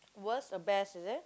worst or best is it